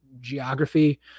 Geography